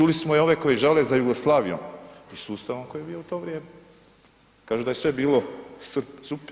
Čuli smo i ove koji žale za Jugoslavijom i sustavom koji je bio u to vrijeme, kažu da je sve bilo super.